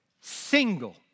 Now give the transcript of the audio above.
single